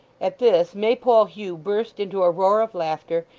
at this, maypole hugh burst into a roar of laughter,